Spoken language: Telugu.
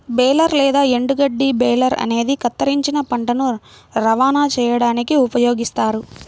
బేలర్ లేదా ఎండుగడ్డి బేలర్ అనేది కత్తిరించిన పంటను రవాణా చేయడానికి ఉపయోగిస్తారు